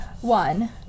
One